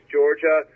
Georgia